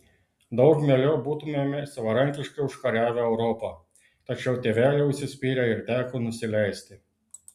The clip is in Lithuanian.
daug mieliau būtumėme savarankiškai užkariavę europą tačiau tėveliai užsispyrė ir teko nusileisti